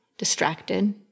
distracted